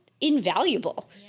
invaluable